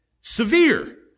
severe